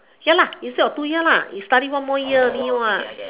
here lah instead of two year lah you study one more year only lah